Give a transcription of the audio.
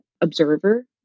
observer